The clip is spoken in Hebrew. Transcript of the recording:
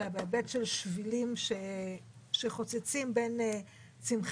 אלא בהיבט של שבילים שחוצצים בין צמחייה